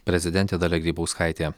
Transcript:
prezidentė dalia grybauskaitė